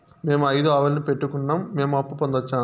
మేము ఐదు ఆవులని పెట్టుకున్నాం, మేము అప్పు పొందొచ్చా